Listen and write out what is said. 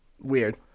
weird